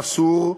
המסור,